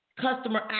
customer